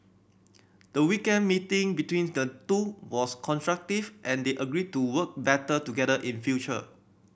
the weekend meeting between the two was constructive and they agreed to work better together in future